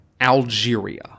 Algeria